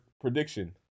prediction